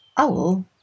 Owl